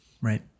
right